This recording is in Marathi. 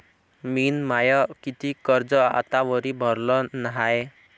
मिन माय कितीक कर्ज आतावरी भरलं हाय?